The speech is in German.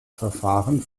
verfahren